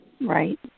Right